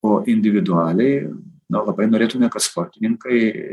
o individualiai na labai norėtume kad sportininkai